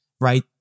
right